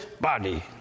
body